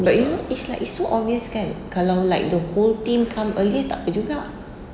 but you know it's like it's so obvious kan kalau like the whole team come early tak apa juga